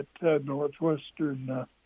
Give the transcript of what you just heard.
Northwestern